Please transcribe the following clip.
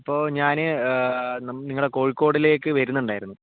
അപ്പോൾ ഞാൻ നിങ്ങളുടെ കോഴിക്കോടിലേക്ക് വരുന്നുണ്ടായിരുന്നു